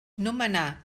nomenar